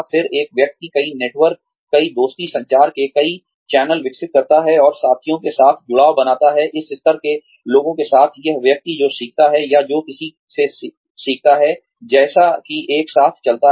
फिर एक व्यक्ति कई नेटवर्क कई दोस्ती संचार के कई चैनल विकसित करता है और साथियों के साथ जुड़ाव बनाता है इस स्तर के लोगों के साथ यह व्यक्ति जो सिखा सकता है या जो किसी से सीखता है जैसा कि एक साथ जाता है